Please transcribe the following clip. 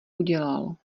udělal